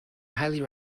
highly